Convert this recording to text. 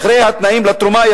אחרי 'התנאים לתרומה',